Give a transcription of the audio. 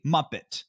Muppet